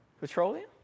Petroleum